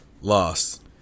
lost